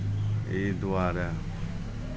एहि दुआरे